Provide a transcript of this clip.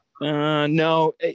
no